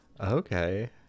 Okay